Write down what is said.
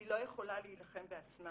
היא לא יכולה להילחם בעצמה.